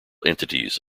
entities